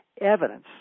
evidence